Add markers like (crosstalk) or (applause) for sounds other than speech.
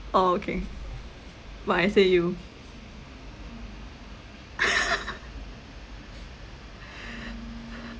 oh okay but I say you (laughs)